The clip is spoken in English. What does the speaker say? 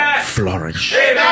flourish